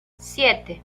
siete